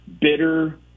bitter